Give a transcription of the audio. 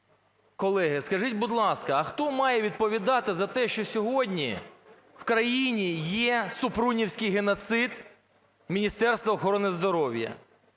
колеги, скажіть, будь ласка, а хто має відповідати за те, що сьогодні в країні є супрунівський геноцид Міністерства охорони здоров'я?